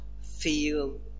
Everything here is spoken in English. feel